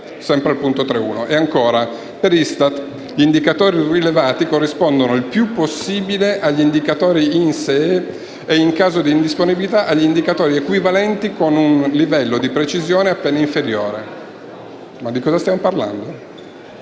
«Per l'ISTAT, gli indicatori rilevati corrispondono il più possibile agli indicatori INSEE e in caso di indisponibilità, agli indicatori equivalenti con un livello di precisione appena inferiore». Ma di cosa stiamo parlando?